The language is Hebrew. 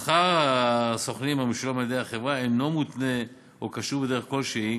שכר הסוכנים המשולם על-ידי החברה אינו מותנה או קשור בדרך כלשהי